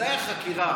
ממצאי החקירה